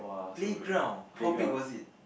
playground how big was it